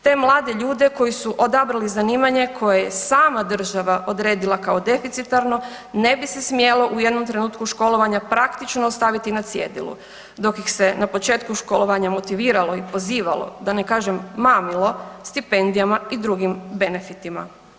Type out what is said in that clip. Te mlade ljude koji su odabrali zanimanje koje je sama država odredila kao deficitarno ne bi se smjelo u jednom trenutku školovanja praktično ostaviti na cjedilu, dok ih se na početku školovanja motiviralo i pozivalo, da ne kažem, mamilo stipendijama i drugim benefitima.